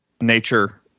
nature